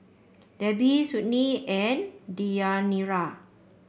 Debbi Sydnee and Deyanira